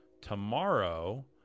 tomorrow